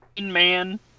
man